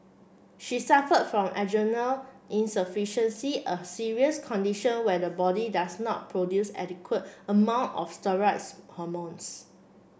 she suffered from adrenal insufficiency a serious condition where the body does not produce adequate amount of steroid hormones